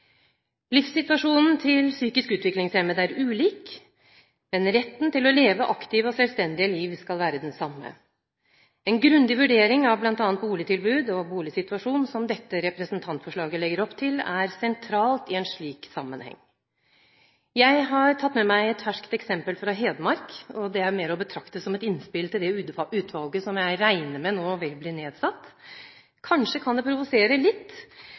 Livssituasjonen til psykisk utviklingshemmede er ulik, men retten til å leve aktive og selvstendige liv skal være den samme. En grundig vurdering av bl.a. boligtilbud og boligsituasjon – som dette representantforslaget legger opp til – er sentralt i en slik sammenheng. Jeg har tatt med meg et ferskt eksempel fra Hedmark. Det er mer å betrakte som et innspill til det utvalget som jeg nå regner med vil bli nedsatt. Kanskje kan det provosere litt.